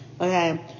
Okay